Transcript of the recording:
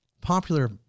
Popular